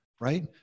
right